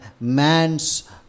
man's